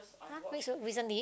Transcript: !huh! weeks ago recently